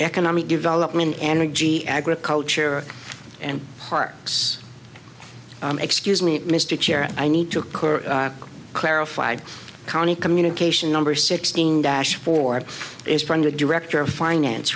economic development energy agriculture and parks excuse me mr chair i need to clarified county communication number sixteen dash for it is from the director of finance